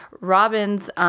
Robin's